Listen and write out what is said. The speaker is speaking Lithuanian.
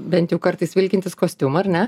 bent jau kartais vilkintis kostiumą ar ne